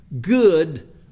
good